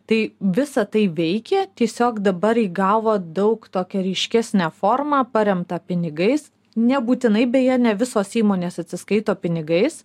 tai visa tai veikė tiesiog dabar įgavo daug tokią ryškesne formą paremtą pinigais nebūtinai beje ne visos įmonės atsiskaito pinigais